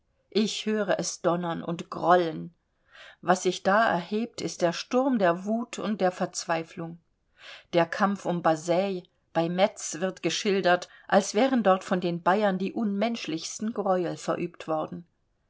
ich höre es donnern und grollen was sich da erhebt ist der sturm der wut und der verzweiflung der kampf um bazaille bei metz wird geschildert als wären dort von den bayern die unmenschlichsten greuel verübt worden